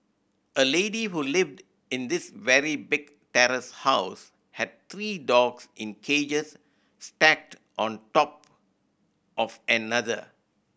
a lady who lived in this very big terrace house had three dogs in cages stacked on top of another